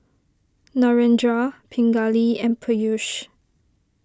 Narendra Pingali and Peyush